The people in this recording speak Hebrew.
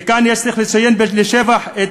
וכאן צריך לציין לשבח את